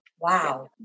wow